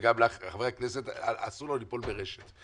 אסור לנו ליפול ברשת.